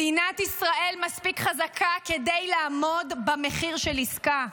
מדינת ישראל מספיק חזקה כדי לעמוד במחיר של עסקה,